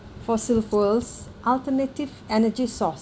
fossil fuels alternative energy sources